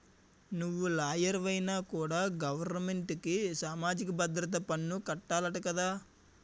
నువ్వు లాయరువైనా కూడా గవరమెంటుకి సామాజిక భద్రత పన్ను కట్టాలట కదా